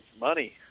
money